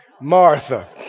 Martha